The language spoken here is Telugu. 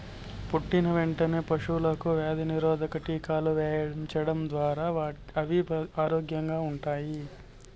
పుట్టిన వెంటనే పశువులకు వ్యాధి నిరోధక టీకాలు వేయించడం ద్వారా అవి ఆరోగ్యంగా ఉంటాయి